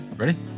Ready